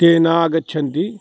ते नागच्छन्ति